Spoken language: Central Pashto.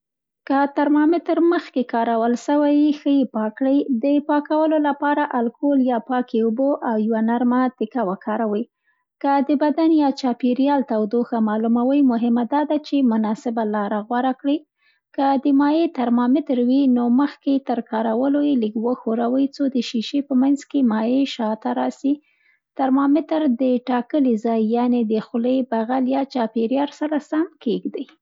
که ترمامېتر مخکې کارول سوی وي، ښه یې پاک کړئ. د پاکولو لپاره الکول یا پاکې اوبه او یوه نرمه تکه وکاروئ. که د بدن یا چاپېریال تودوښه معلوموئ، مهمه دا ده چې مناسبه لاره غوره کړئ. که د مایع ترمامیتر وي، نو مخکې تر کارولو یې لږ وښوروئ څو د شیشې په منځ کې مایع شاته راسي. ترمامیتر د ټاکلي ځای یعنې د خولې، بغل، یا چاپېریال سره سم کیږدئ.